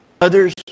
Others